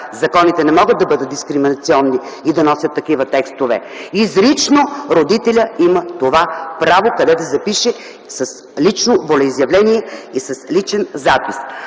Законите не могат да бъдат дискриминационни и да носят такива текстове. Изрично родителят има това право, където се пише с лично волеизявление и с личен запис.